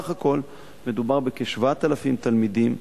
בסך הכול מדובר בכ-7,000 תלמידים,